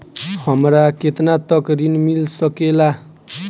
हमरा केतना तक ऋण मिल सके ला?